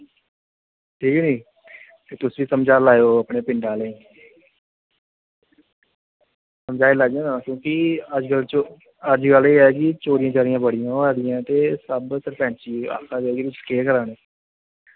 ठीक ऐ नी तुस बी समझाई लैओ अपनें पिंड आह्लें गी समझाई लैगे ना क्योंकि अज्ज कल एह् ऐ कि चोरियां चारियां बड़ियां होआ दियां ते सरपैंच जी आक्खा दे हे तुस केह् करा ने